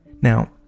Now